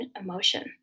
emotion